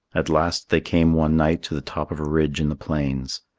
at last they came one night to the top of a ridge in the plains.